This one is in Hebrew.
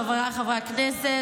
חבריי חברי הכנסת,